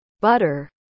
butter